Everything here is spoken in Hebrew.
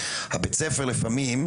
בית הספר לפעמים,